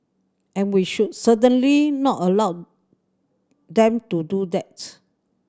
and we should certainly not allow them to do that